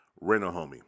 Rent-A-Homie